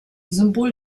symbol